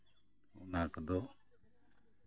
ᱚᱱᱟ ᱠᱚᱫᱚ